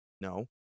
No